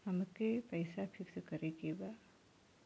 अमके पैसा फिक्स करे के बा?